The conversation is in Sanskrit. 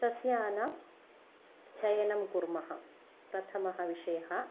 सस्यानां चयनं कुर्मः प्रथमः विषयः